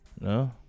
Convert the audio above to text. No